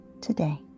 today